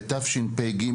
בתשפ״ג,